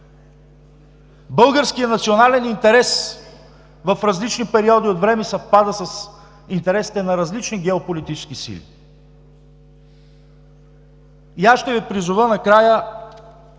Българският национален интерес в различни периоди от време съвпада с интересите на различни геополитически сили. Накрая ще Ви призова да обичате